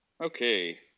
Okay